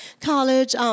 College